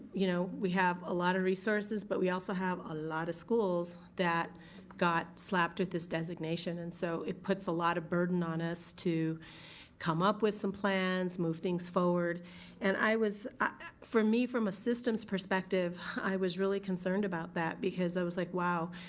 you know, we have a lot of resources but we also have a lot of schools that got slapped with this designation and so it puts a lot of burden on us to come up with some plans, move things forward and, for me, from a systems perspective i was really concerned about that because i was like, wow,